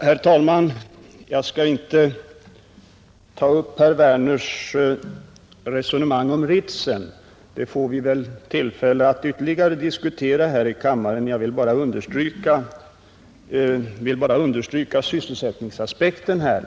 Herr talman! Jag skall inte ta upp herr Werners i Tyresö resonemang om Ritsem. Det får vi tillfälle att ytterligare diskutera här i kammaren. Jag vill bara understryka sysselsättningsaspekten.